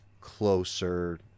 closer